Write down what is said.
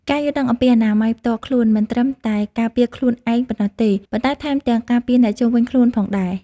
ការយល់ដឹងអំពីអនាម័យផ្ទាល់ខ្លួនមិនត្រឹមតែការពារខ្លួនឯងប៉ុណ្ណោះទេ ប៉ុន្តែថែមទាំងការពារអ្នកជុំវិញខ្លួនផងដែរ។